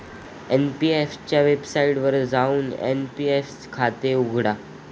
NPS च्या वेबसाइटवर जाऊन एन.पी.एस खाते उघडा